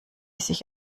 sich